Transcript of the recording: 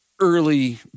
early